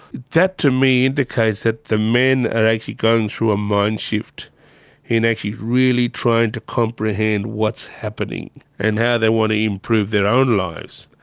that to me indicates that the men are actually going through a mind-shift in actually really trying to comprehend what's happening and how they want to improve their own lives.